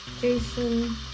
Jason